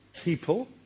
people